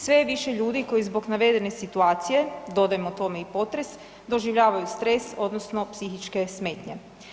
Sve je više ljudi koji zbog navedene situacije, dodajmo tome i potres, doživljavaju stres odnosno psihičke smetnje.